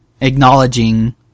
acknowledging